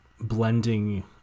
blending